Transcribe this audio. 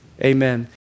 amen